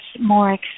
more